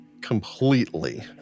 completely